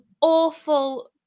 awful